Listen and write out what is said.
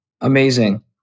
Amazing